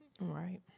Right